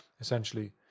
Essentially